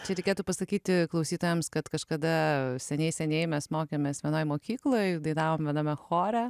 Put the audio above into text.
čia reikėtų pasakyti klausytojams kad kažkada seniai seniai mes mokėmės vienoj mokykloj dainavome viename chore